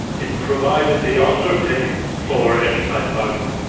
it provided the underpinning for enterprise bargaining,